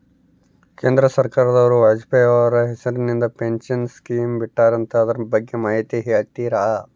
ಕೇಂದ್ರ ಸರ್ಕಾರದವರು ವಾಜಪೇಯಿ ಅವರ ಹೆಸರಿಂದ ಪೆನ್ಶನ್ ಸ್ಕೇಮ್ ಬಿಟ್ಟಾರಂತೆ ಅದರ ಬಗ್ಗೆ ಮಾಹಿತಿ ಹೇಳ್ತೇರಾ?